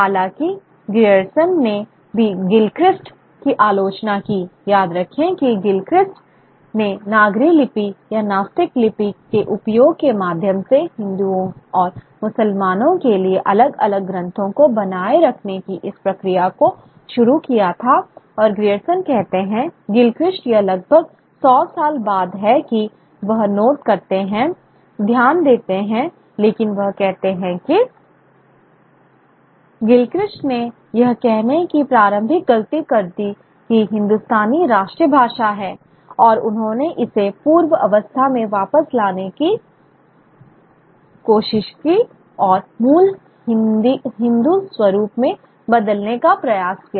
हालांकि ग्रियर्सन ने भी गिलक्रिस्ट की आलोचना की याद रखें कि गिलक्रिस्ट ने नागरी लिपि या नास्तिक लिपि के उपयोग के माध्यम से हिंदुओं और मुसलमानों के लिए अलग अलग ग्रंथों को बनाए रखने की इस प्रक्रिया को शुरू किया था और ग्रियर्सन कहते हैं गिलक्रिस्ट यह लगभग 100 साल बाद है कि वह नोट करते हैं ध्यान देते हैं लेकिन वह कहते हैं कि गिलक्रिस्ट ने यह कहने की प्रारंभिक गलती कर दी कि हिंदुस्तानी राष्ट्रीय भाषा है और उन्होंने इसे पूर्व अवस्था में वापस लाने की कोशिश की और मूल हिंदू स्वरूप में बदलने का प्रयास किया